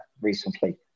recently